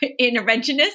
interventionist